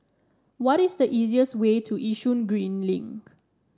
what is the easiest way to Yishun Green Link